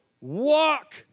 walk